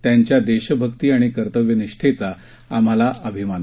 त्यांच्या देशभक्ति आणि कर्तव्यनिष्ठेचा आम्हाला अभिमान आहे